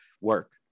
work